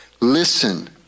Listen